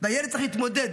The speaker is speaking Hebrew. והילד צריך להתמודד,